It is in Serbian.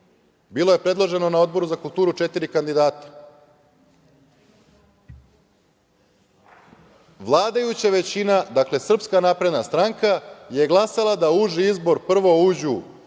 Bilo je predloženo na Odboru za kulturu četiri kandidata. Vladajuća većina, dakle, Srpska napredna stranka, je glasala da u uži izbor prvo uđu